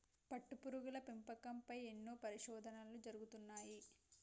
పట్టుపురుగుల పెంపకం పై ఎన్నో పరిశోధనలు జరుగుతున్నాయి